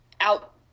out